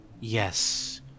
Yes